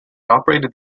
operated